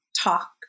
talk